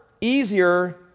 easier